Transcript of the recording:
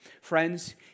Friends